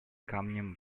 камнем